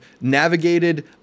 navigated